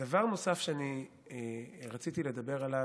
דבר נוסף שאני רציתי לדבר עליו,